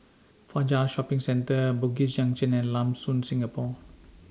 Fajar Shopping Centre Bugis Junction and Lam Soon Singapore